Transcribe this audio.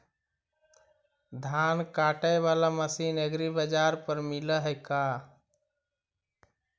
धान काटे बाला मशीन एग्रीबाजार पर मिल है का?